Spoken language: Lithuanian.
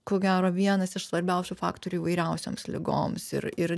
ko gero vienas iš svarbiausių faktorių įvairiausioms ligoms ir ir